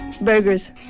Burgers